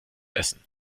essen